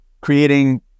creating